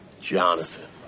Jonathan